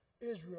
Israel